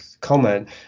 comment